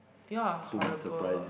you are horrible